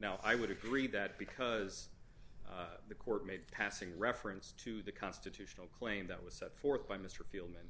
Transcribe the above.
now i would agree that because the court made passing reference to the constitutional claim that was set forth by mr field men